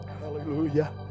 Hallelujah